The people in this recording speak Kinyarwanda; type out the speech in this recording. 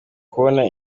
kubona